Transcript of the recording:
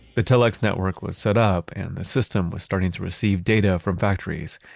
the telex network was set up and the system was starting to receive data from factories,